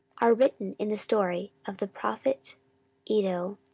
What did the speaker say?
are written in the story of the prophet iddo.